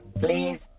Please